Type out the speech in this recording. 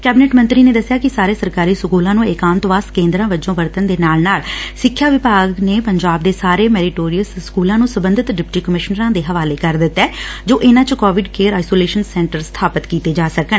cabinet ਮੰਤਰੀ ਨੇ ਦੱਸਿਆ ਕਿ ਸਾਰੇ ਸਰਕਾਰੀ ਸਕੁਲਾਂ ਨੰ ਏਕਾਂਤਵਾਸ ਕੇਂਦਰਾਂ ਵਜੋ ਵਰਤਣ ਦੇ ਨਾਲ ਨਾਲ ਸਿੱਖਿਆ ਵਿਭਾਗ ਨੇ ਪੰਜਾਬ ਦੇ ਸਾਰੇ ਮੈਰੀਟੋਰੀਅਸ ਸਕੁਲਾ ਨੇ ਸਬੰਧਤ ਡਿਪਟੀ ਕਮਿਸ਼ਨਰਾਂ ਦੇ ਹਵਾਲੇ ਕਰ ਦਿਂਤੈ ਜੋ ਇਨਾਂ ਚ ਕੋਵਿਡ ਕੇਅਰ ਆਇਸੋਲੇਸ਼ਨ ਸੈਂਟਰ ਸਬਾਪਿਤ ਕੀਤੇ ਜਾ ਸਕਣ